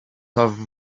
have